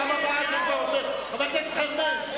בפעם הבאה זה כבר עובר, חבר הכנסת חרמש,